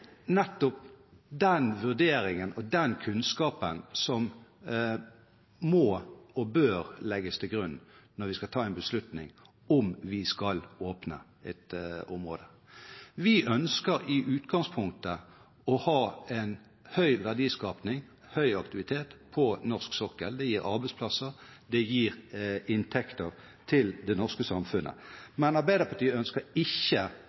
nettopp den vurderingen og den kunnskapen som må og bør legges til grunn når vi skal ta en beslutning om vi skal åpne et område. Vi ønsker i utgangspunktet å ha en høy verdiskaping og høy aktivitet på norsk sokkel. Det gir arbeidsplasser, og det gir inntekter til det norske samfunnet. Men Arbeiderpartiet ønsker ikke